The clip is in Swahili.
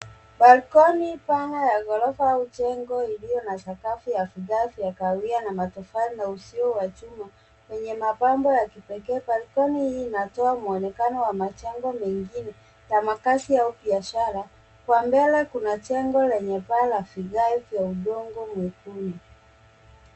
Balcony pana ya ghorofa au jengo iliyo na sakafu ya vifaa ya kawia na matofali na usio wa chuma yenye mapambo ya kipekee, balcony hii inatoa muonekano wa majengo mengine ya makazi au biashara, kwa mbele kuna jengo lenye paa la sidhai kwa udongo nyekundu.